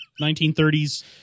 1930s